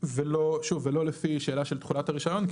ולא לפי שאלה של תכולת הרישיון,